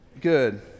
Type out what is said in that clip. Good